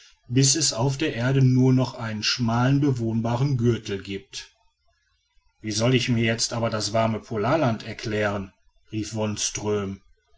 bis es auf der erde nur noch einen schmalen bewohnbaren gürtel gibt wie soll ich mir aber da das warme polarland erklären rief